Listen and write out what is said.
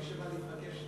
מי שבא לבקש,